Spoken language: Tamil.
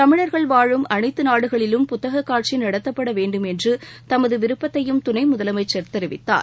தமிழர்கள் வாழும் அனைத்து நாடுகளிலும் புத்தகக் காட்சி நடத்தப்பட வேண்டும் என்று தமது விருப்பத்தையும் துணை முதலமைச்சர் தெரிவித்தார்